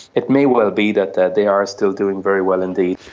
it may well be that that they are still doing very well indeed.